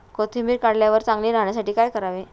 कोथिंबीर काढल्यावर चांगली राहण्यासाठी काय करावे?